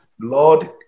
Lord